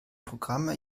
programme